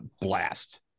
blast